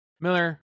Miller